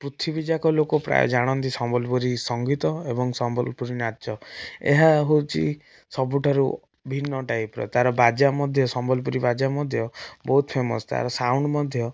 ପୃଥିବୀଯାକ ଲୋକ ପ୍ରାୟ ଜାଣନ୍ତି ସମ୍ବଲପୁରୀ ସଙ୍ଗୀତ ଏବଂ ସମ୍ବଲପୁରୀ ନାଚ ଏହା ହଉଛି ସବୁଠାରୁ ଭିନ୍ନ ଟାଇପର ତାର ବାଜା ମଧ୍ୟ ସମ୍ବଲପୁରୀ ବାଜା ମଧ୍ୟ ବହୁତ ଫେମସ ତାର ସାଉଣ୍ଡ ମଧ୍ୟ